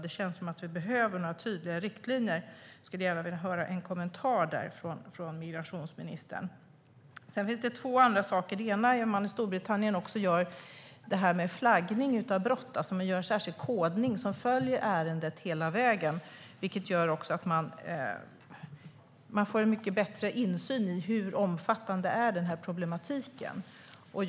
Det känns som att vi behöver tydliga riktlinjer. Jag skulle gärna vilja höra en kommentar om det från migrationsministern. Sedan finns det två andra saker. Det ena är att man i Storbritannien också gör en flaggning av brott. Man gör alltså en särskild kodning som följer ärendet hela vägen, vilket gör att man får en mycket bättre insyn i hur omfattande problematiken är.